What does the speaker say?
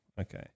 okay